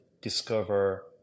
discover